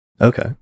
Okay